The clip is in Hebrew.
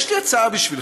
יש לי הצעה בשבילך,